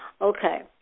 Okay